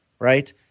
right